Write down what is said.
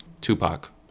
Tupac